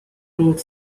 proved